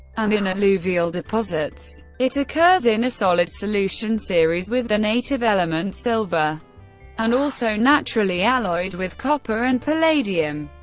and in alluvial deposits. it occurs in a solid solution series with the native element silver and also naturally alloyed with copper and palladium.